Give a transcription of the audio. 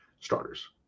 starters